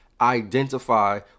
Identify